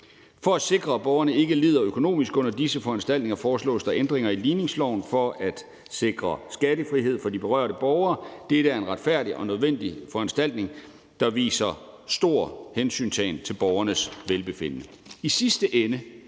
For at sikre, at borgerne ikke lider økonomisk under disse foranstaltninger, foreslås der ændringer i ligningsloven for at sikre skattefrihed for de berørte borgere. Dette er en retfærdig og nødvendig foranstaltning, der viser stor hensyntagen til borgernes velbefindende.